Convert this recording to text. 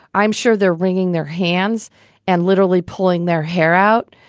i'm sure they're wringing their hands and literally pulling their hair out,